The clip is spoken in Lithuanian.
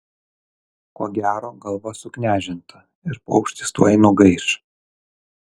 ko gero galva suknežinta ir paukštis tuoj nugaiš